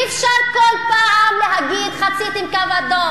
אי-אפשר כל פעם להגיד "חציתם קו אדום",